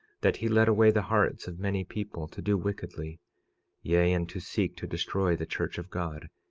that he led away the hearts of many people to do wickedly yea, and to seek to destroy the church of god,